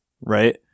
right